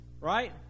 Right